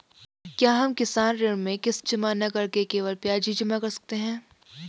क्या हम किसान ऋण में किश्त जमा न करके केवल ब्याज ही जमा कर सकते हैं?